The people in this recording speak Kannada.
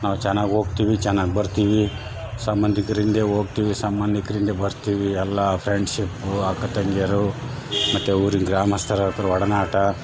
ನಾವು ಚೆನ್ನಾಗಿ ಹೋಗ್ತೀವಿ ಚೆನ್ನಾಗಿ ಬರ್ತೀವಿ ಸಂಬಂಧಿಕ್ರು ಹಿಂದೆ ಹೋಗ್ತೀವಿ ಸಂಬಂಧಿಕ್ರು ಹಿಂದೆ ಬರ್ತೀವಿ ಎಲ್ಲಾ ಫ್ರೆಂಡ್ಶಿಪ್ಪು ಅಕ್ಕ ತಂಗಿಯರು ಮತ್ತು ಊರಿನ ಗ್ರಾಮಸ್ಥರತ್ರ ಒಡನಾಟ